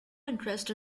interest